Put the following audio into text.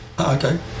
Okay